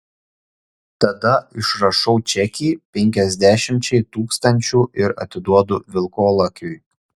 tada išrašau čekį penkiasdešimčiai tūkstančių ir atiduodu vilkolakiui